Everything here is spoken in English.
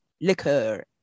liquor